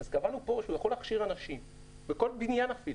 אז קבענו פה שהוא יכול להכשיר אנשים בכל בניין אפילו,